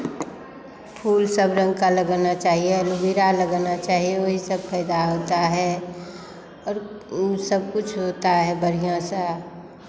फूल सब रंग का लगाना चाहिए एलोवेरा लगाना चाहिए वही सब फ़ायदा होता है और सब कुछ होता है बढ़ियाँ सा